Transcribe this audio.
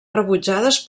rebutjades